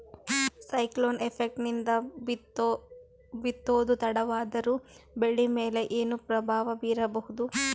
Cyclone effect ನಿಂದ ಬಿತ್ತೋದು ತಡವಾದರೂ ಬೆಳಿ ಮೇಲೆ ಏನು ಪ್ರಭಾವ ಬೀರಬಹುದು?